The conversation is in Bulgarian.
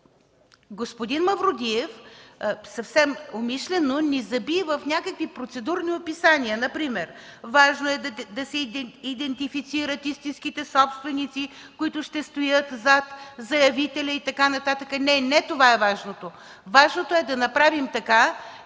Господин Мавродиев съвсем умишлено ни заби в някакви процедурни описания. Например, „важно е да се идентифицират истинските собственици, които ще стоят зад заявителя” и така нататък. Не това е важното! Важното е да направим така,